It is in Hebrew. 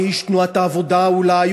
איש תנועת העבודה אולי,